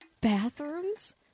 Bathrooms